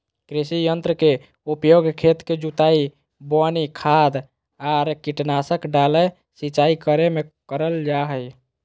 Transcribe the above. कृषि यंत्र के उपयोग खेत के जुताई, बोवनी, खाद आर कीटनाशक डालय, सिंचाई करे मे करल जा हई